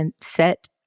set